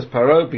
Paro